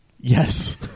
Yes